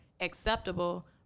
Acceptable